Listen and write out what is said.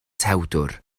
tewdwr